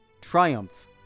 Triumph